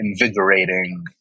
invigorating